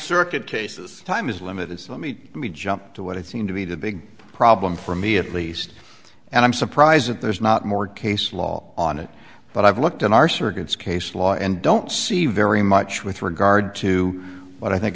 circuit cases time is limited so let me let me jump to what it seemed to be the big problem for me at least and i'm surprised that there's not more case law on it but i've looked in our circuits case law and don't see very much with regard to what i think